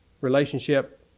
relationship